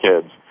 kids